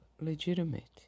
legitimate